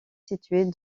située